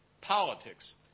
politics